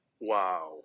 Wow